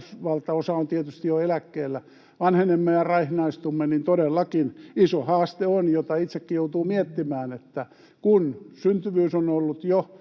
— valtaosa on tietysti jo eläkkeellä — vanhenemme ja raihnaistumme, niin todellakin iso haaste, jota itsekin joutuu miettimään, on se, että kun syntyvyys on ollut kovin alhainen jo